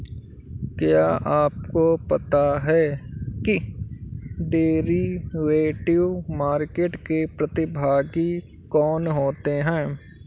क्या आपको पता है कि डेरिवेटिव मार्केट के प्रतिभागी कौन होते हैं?